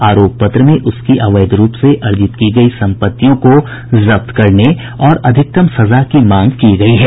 आरोप पत्र में उसकी अवैध रूप से अर्जित की गयी संपत्तियों को जब्त करने और अधिकतम सजा की मांग की गयी है